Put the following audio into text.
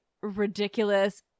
ridiculous